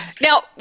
Now